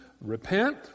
repent